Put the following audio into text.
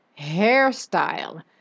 hairstyle